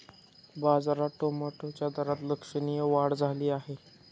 बाजारात टोमॅटोच्या दरात लक्षणीय वाढ झाली आहे